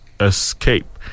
escape